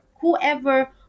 whoever